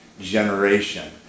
generation